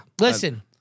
listen